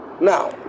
Now